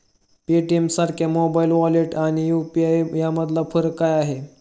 पेटीएमसारख्या mobile wallet आणि UPI यामधला फरक काय आहे?